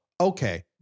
Okay